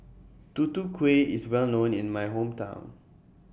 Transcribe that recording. Tutu Kueh IS Well known in My Hometown